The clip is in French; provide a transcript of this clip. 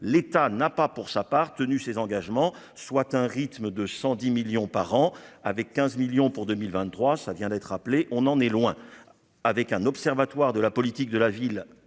l'État n'a pas pour sa part tenu ses engagements, soit un rythme de 110 millions par an avec 15 millions pour 2023, ça vient d'être appelé, on en est loin avec un observatoire de la politique de la ville